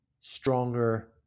stronger